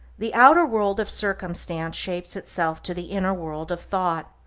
the outer world of circumstance shapes itself to the inner world of thought,